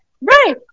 Right